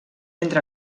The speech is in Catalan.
entre